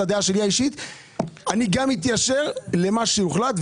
הדעה אישית שלי - אני מתיישר עם מה שהוחלט.